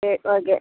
சரி ஓகே